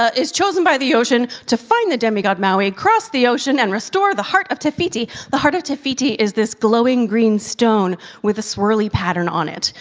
ah is chosen by the ocean to find the demigod maui, cross the ocean, and restore the heart of te fiti. the heart of te fiti is this glowing green stone with a swirly pattern on it.